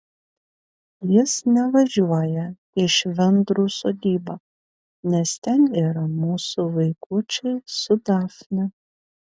jis nevažiuoja į švendrų sodybą nes ten yra mūsų vaikučiai su dafne